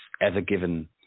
ever-given